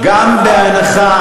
גם בהנחה,